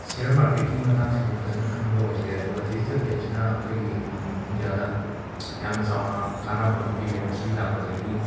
ꯁꯤꯌꯔ ꯃꯥꯔꯀꯦꯠꯀꯤ ꯃꯇꯥꯡꯁꯤꯗꯤ ꯐꯖꯅ ꯈꯪꯕ ꯑꯣꯏꯗ꯭ꯔꯦ ꯑꯗꯨꯒ ꯗꯤꯖꯤꯇꯦꯜ ꯑꯦꯞꯁꯤꯅ ꯑꯩꯈꯣꯏꯒꯤ ꯏꯟꯗ꯭ꯌꯥꯗ ꯌꯥꯝꯅ ꯆꯥꯎꯅ ꯀꯥꯟꯅꯕ ꯑꯃ ꯄꯤꯔꯦ ꯃꯁꯤ ꯂꯥꯛꯄꯗꯒꯤ